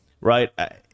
right